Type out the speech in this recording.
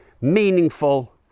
Meaningful